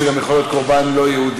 זה גם יכול להיות קורבן לא יהודי,